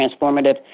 transformative